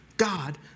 God